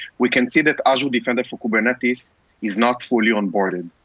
we can see that azure defender for kubernetes is not fully on-boarded.